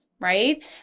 right